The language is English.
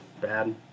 bad